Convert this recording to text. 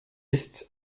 ist